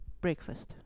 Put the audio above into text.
breakfast